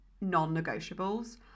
non-negotiables